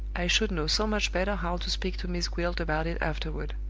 i should know so much better how to speak to miss gwilt about it afterward.